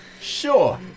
Sure